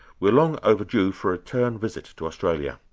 we're long overdue for a return visit to australia.